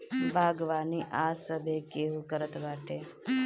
बागवानी आज सभे केहू करत बाटे